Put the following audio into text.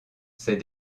ses